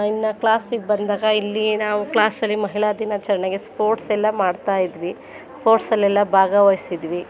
ಇನ್ನೂ ಕ್ಲಾಸಿಗೆ ಬಂದಾಗ ಇಲ್ಲಿ ನಾವು ಕ್ಲಾಸಲ್ಲಿ ಮಹಿಳಾ ದಿನಾಚರಣೆಗೆ ಸ್ಪೋರ್ಟ್ಸೆಲ್ಲ ಮಾಡ್ತಾಯಿದ್ವಿ ಸ್ಪೋರ್ಟ್ಸ್ಲ್ಲೆಲ್ಲ ಭಾಗವಹಿಸಿದ್ವಿ